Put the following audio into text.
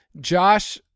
Josh